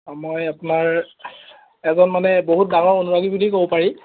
অঁ মই আপোনাৰ এজন মানে বহুত ডাঙৰ অনুৰাগী বুলি ক'ব পাৰি